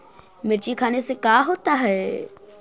मिर्ची खाने से का होता है?